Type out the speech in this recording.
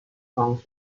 songs